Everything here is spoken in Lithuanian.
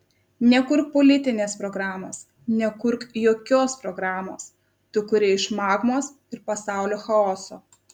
nekurk politinės programos nekurk jokios programos tu kuri iš magmos ir pasaulio chaoso